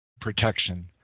protection